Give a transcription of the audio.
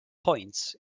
points